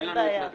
אין לנו התנגדות.